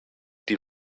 die